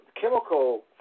chemical